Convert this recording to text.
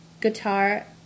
guitar